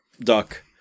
Duck